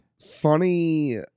Funny